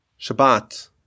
Shabbat